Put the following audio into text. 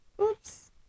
oops